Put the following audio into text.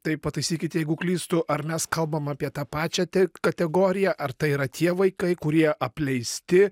tai pataisykit jeigu klystu ar mes kalbam apie tą pačią te kategoriją ar tai yra tie vaikai kurie apleisti